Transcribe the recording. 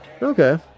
Okay